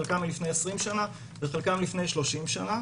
חלקם מלפני 20 שנים וחלקם מלפני 30 שנים,